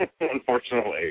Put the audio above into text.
Unfortunately